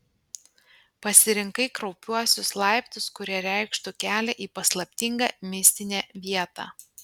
pasirinkai kraupiuosius laiptus kurie reikštų kelią į paslaptingą mistinę vietą